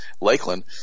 Lakeland